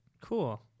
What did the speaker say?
cool